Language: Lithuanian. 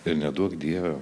ir neduok dieve